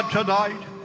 tonight